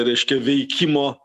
reiškia veikimo